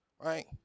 right